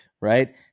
right